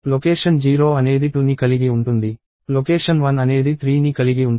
location 0 అనేది 2ని కలిగి ఉంటుంది లొకేషన్ 1 అనేది 3ని కలిగి ఉంటుంది